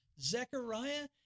Zechariah